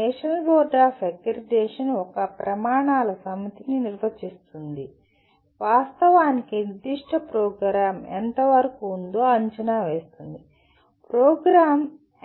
national board of accreditation ఒక ప్రమాణాల సమితిని నిర్వచిస్తుంది మరియు వాస్తవానికి నిర్దిష్ట ప్రోగ్రామ్ ఎంతవరకు ఉందో అంచనా వేస్తుంది ప్రోగ్రామ్